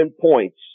points